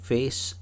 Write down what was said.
Face